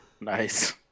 Nice